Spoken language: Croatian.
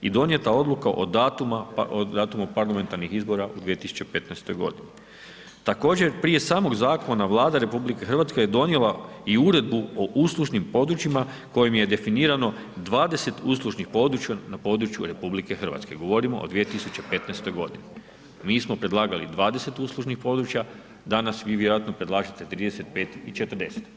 I donijet odluka o datumu parlamentarnih izbora u 2015.g. Također prije smog zakona, Vlada RH je donijela i uredbu o uslužnim područjima, kojima je definirano 20 uslužnih područja na području RH, govorimo o 2015. g. Mi smo predlagali 20 uslužnih područja, danas, vi vjerojatno predlažete 35 i 40.